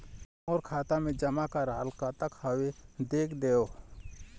मोर खाता मा जमा कराल कतना हवे देख देव?